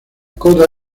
coda